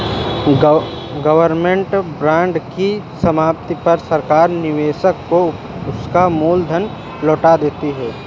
government bond की समाप्ति पर सरकार निवेशक को उसका मूल धन लौटा देती है